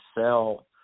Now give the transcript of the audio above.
sell